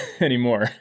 anymore